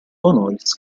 honoris